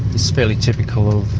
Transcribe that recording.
is fairly typical of